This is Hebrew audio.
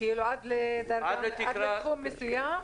כאילו עד לתחום מסוים?